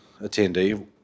attendee